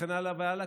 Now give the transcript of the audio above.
וכן הלאה והלאה.